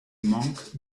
monk